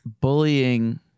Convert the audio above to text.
Bullying